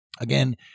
Again